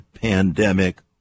pandemic